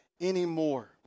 anymore